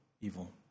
evil